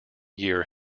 year